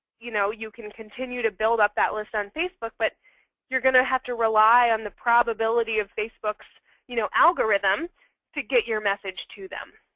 you know you can continue to build up that list on facebook. but you're going to have to rely on the probability of facebook's you know algorithms to get your message to them.